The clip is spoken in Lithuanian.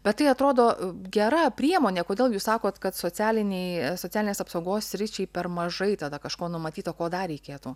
bet tai atrodo gera priemonė kodėl jūs sakot kad socialiniai socialinės apsaugos sričiai per mažai tada kažko numatyto ko dar reikėtų